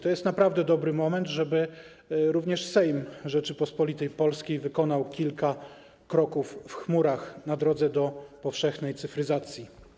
To jest naprawdę dobry moment, żeby również Sejm Rzeczypospolitej Polskiej wykonał kilka kroków w chmurach na drodze do powszechnej cyfryzacji.